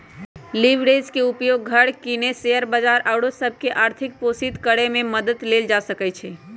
leverage के उपयोग घर किने, शेयर बजार आउरो सभ के आर्थिक पोषित करेमे मदद लेल कएल जा सकइ छै